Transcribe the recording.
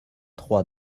trois